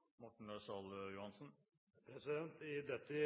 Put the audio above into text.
I forbindelse med dette